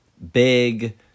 Big